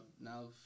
now